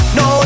no